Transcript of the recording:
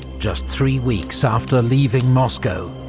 just three weeks after leaving moscow,